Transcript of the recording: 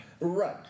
Right